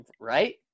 right